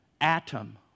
atom